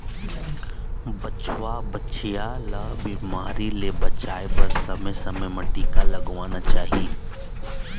बछवा, बछिया ल बिमारी ले बचाए बर समे समे म टीका लगवाना चाही